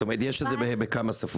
זאת אומרת, יש את זה בכמה שפות.